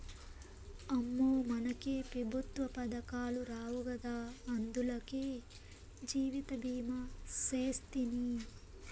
అమ్మో, మనకే పెఋత్వ పదకాలు రావు గదా, అందులకే జీవితభీమా సేస్తిని